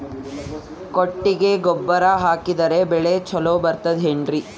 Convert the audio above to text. ಕೊಟ್ಟಿಗೆ ಗೊಬ್ಬರ ಹಾಕಿದರೆ ಬೆಳೆ ಚೊಲೊ ಬರುತ್ತದೆ ಏನ್ರಿ?